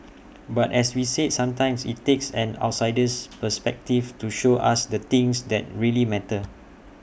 but as we said sometimes IT takes an outsider's perspective to show us the things that really matter